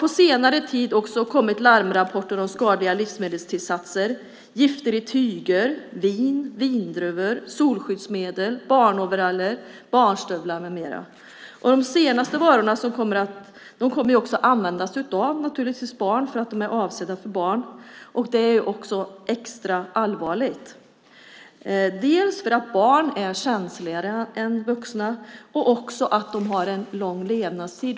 På senare tid har det också kommit larmrapporter om skadliga livsmedelstillsatser och om gifter i tyger, vin, vindruvor, solskyddsmedel, barnoveraller, barnstövlar med mera. De senare kommer naturligtvis att användas av barn eftersom de är avsedda för barn. Det är extra allvarligt eftersom barn dels är känsligare än vuxna, dels har en lång levnadstid.